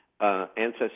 Ancestry